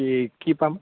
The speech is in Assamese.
কি কি পাম